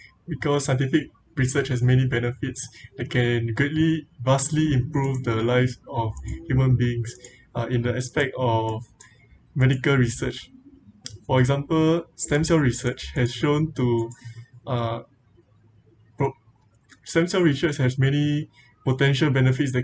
because scientific research has many benefits that can greatly vastly improve the lives of human beings uh in the aspect of medical research for example stem cell research has shown to uh pro stem cell research has many potential benefits that